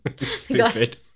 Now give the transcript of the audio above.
Stupid